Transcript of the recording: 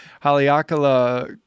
Haleakala